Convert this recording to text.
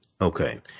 Okay